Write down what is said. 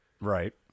Right